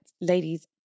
ladies